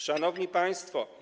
Szanowni Państwo!